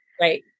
Right